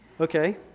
Okay